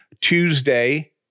Tuesday